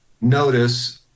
notice